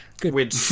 Good